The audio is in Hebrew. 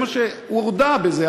הוא הודה בזה,